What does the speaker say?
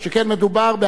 הואיל והתנגדותו,